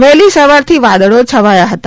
વહેલી સવારથી વાદળો છવાયા હતા